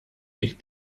big